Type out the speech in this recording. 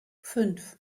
fünf